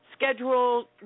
Schedule